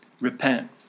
Repent